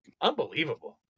unbelievable